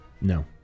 No